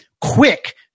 quick